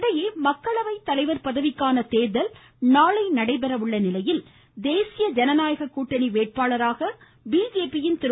இதனிடையே மக்களவை தலைவர் பதவிக்கான தேர்தல் நாளை நடைபெற உள்ள நிலையில் தேசிய ஜனநாயக கூட்டணி வேட்பாளராக பிஜேபியின் திரு